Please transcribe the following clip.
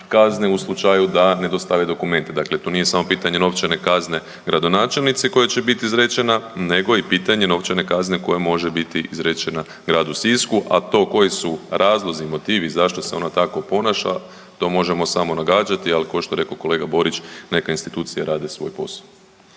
kazne u slučaju da ne dostave dokumente. Dakle, to nije samo pitanje novčane kazne gradonačelnice koja će biti izrečena, nego i pitanje novčane kazne koja može biti izrečena gradu Sisku. A to koji su razlozi i motivi zašto se ona tako ponaša to možemo samo nagađati, ali kao što je rekao kolega Borić neka institucije rade svoj posao.